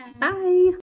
bye